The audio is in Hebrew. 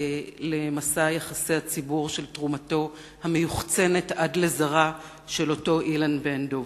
למסע יחסי הציבור של תרומתו המיוחצנת עד לזרא של אותו אילן בן-דב.